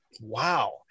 Wow